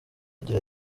agira